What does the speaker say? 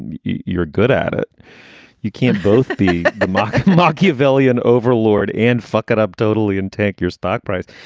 and you're good at it you can't both be more machiavellian overlord and fuck it up totally and take your stock price.